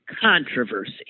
Controversy